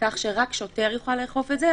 כך שרק שוטר יוכל לאכוף את זה,